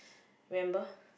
remember